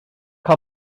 cael